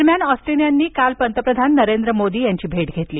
दरम्यान ऑस्टिन यांनी काल पंतप्रधान नरेंद्र मोदी यांची भेट घेतली